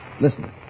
Listen